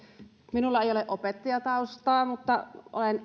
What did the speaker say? minulla ei ole opettajataustaa mutta